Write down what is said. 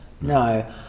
No